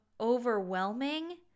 overwhelming